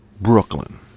Brooklyn